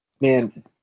man